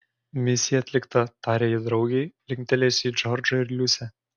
misija atlikta tarė ji draugei linktelėjusi į džordžą ir liusę